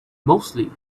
mostly